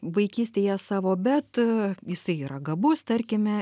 vaikystėje savo bet jisai yra gabus tarkime